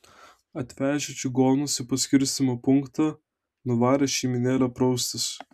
atvežę čigonus į paskirstymo punktą nuvarė šeimynėlę praustis